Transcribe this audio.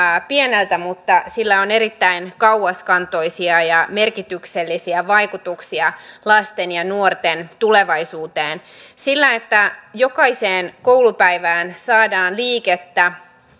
pieneltä mutta sillä on erittäin kauaskantoisia ja merkityksellisiä vaikutuksia lasten ja nuorten tulevaisuuteen sillä että jokaiseen koulupäivään saadaan liikettä